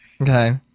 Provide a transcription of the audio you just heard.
Okay